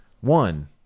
one